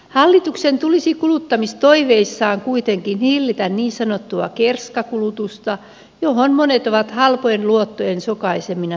hallituksen tulisi kuluttamistoiveissaan kuitenkin hillitä niin sanottua kerskakulutusta johon monet ovat halpojen luottojen sokaisemina sortuneet